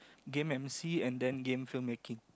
game emcee and then game film making